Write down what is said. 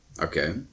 Okay